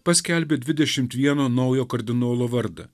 paskelbė dvidešimt vieno naujo kardinolo vardą